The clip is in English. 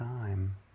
time